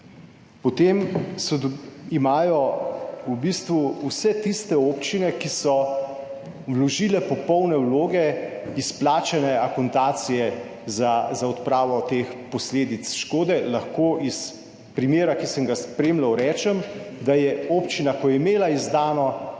Potem imajo v bistvu vse tiste občine, ki so vložile popolne vloge, izplačane akontacije za odpravo teh posledic škode. Lahko iz primera, ki sem ga spremljal, rečem, da je občina, ko je imela izdano,